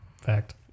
fact